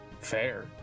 Fair